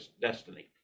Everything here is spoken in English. destiny